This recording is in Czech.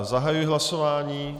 Zahajuji hlasování.